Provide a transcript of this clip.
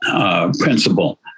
principle